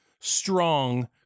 strong